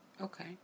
Okay